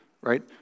right